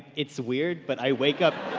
it's weird but i wake up.